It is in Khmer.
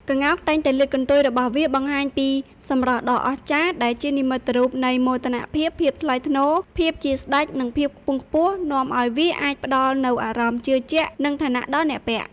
ក្ងោកតែងតែលាតកន្ទុយរបស់វាបង្ហាញពីសម្រស់ដ៏អស្ចារ្យ ដែលជានិមិត្តរូបនៃ មោទនភាព ភាពថ្លៃថ្នូរ ភាពជាស្តេច និង ភាពខ្ពង់ខ្ពស់នាំឲ្យវាអាចផ្តល់នូវអារម្មណ៍ជឿជាក់ និងឋានៈដល់អ្នកពាក់។